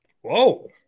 whoa